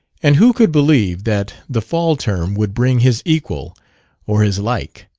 and who could believe that the fall term would bring his equal or his like?